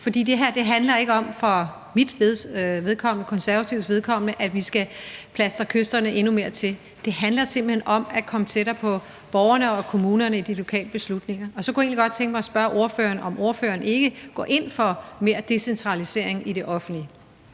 for det her handler for mit og Konservatives vedkommende ikke om, at vi skal plastre kysterne endnu mere til. Det handler simpelt hen om at komme tættere på borgerne og kommunerne i de lokale beslutninger. Så kunne jeg egentlig godt tænke mig at spørge ordføreren, om ordføreren ikke går ind for mere decentralisering i det offentlige.